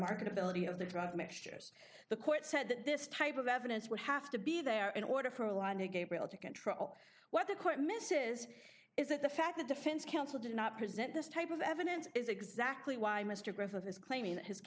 marketability of the drug mixtures the court said that this type of evidence would have to be there in order for a line to gabriel to control what the court miss is is that the fact the defense counsel did not present this type of evidence is exactly why mr griffith is claiming that his